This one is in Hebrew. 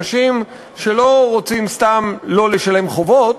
לא אנשים שסתם לא רוצים לא לשלם חובות,